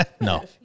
No